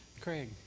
Craig